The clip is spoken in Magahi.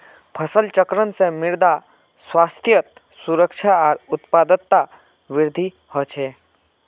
फसल चक्रण से मृदा स्वास्थ्यत सुधार आर उत्पादकतात वृद्धि ह छे